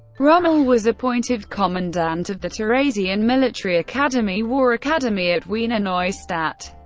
rommel was appointed commandant of the theresian military academy war academy at wiener neustadt.